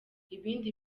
ibindi